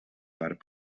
part